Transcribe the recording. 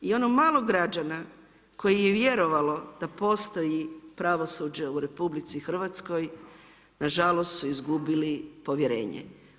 I ono malo građana koji je vjerovalo da postoji pravosuđe u RH, nažalost su izgubili povjerenje.